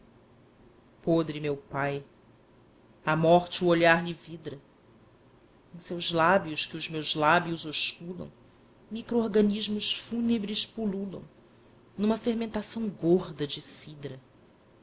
podre meu pai a morte o olhar lhe vidra em seus lábios que os meus lábios osculam microrganismos fúnebres pululam numa fermentação gorda de cidra